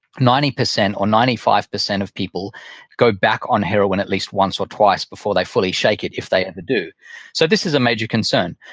ninety percent or ninety five percent of people go back on heroin at least once or twice before they fully shake it, if they ever and do so this is a major concern.